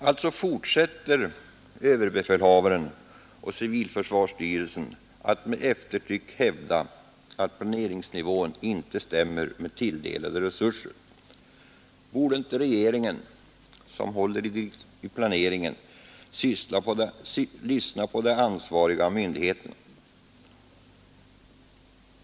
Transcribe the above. Alltså fortsätter ÖB och civilförsvarsstyrelsen att med eftertryck hävda att planeringsnivån inte stämmer med tilldelade resurser. Borde inte regeringen — som håller i planeringen — lyssna på de ansvariga myndigheterna?